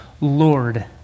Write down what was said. Lord